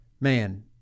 man